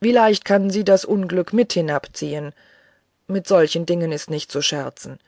wie leicht kann sie das unglück mit hinabziehen mit solchen dingen ist nicht zu scherzen